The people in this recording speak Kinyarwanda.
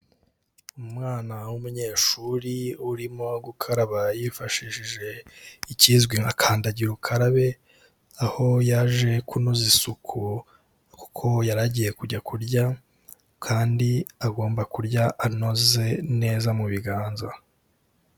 Umwana w'umunyeshuri urimo gukaraba yifashishije ikizwi nka kandagira ukarabe, aho yaje kunoza isuku kuko yari agiye kujya kurya, kandi agomba kurya anoze neza mu biganza.